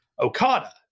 Okada